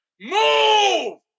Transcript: move